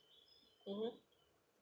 mmhmm